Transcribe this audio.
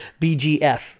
BGF